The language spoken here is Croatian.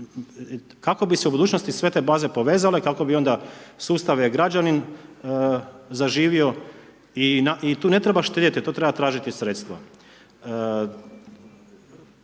kako bi se u budućnosti sve te baze povezale, kako bi onda sustav e-građanin zaživio i tu ne treba štedjeti tu treba tražiti sredstva.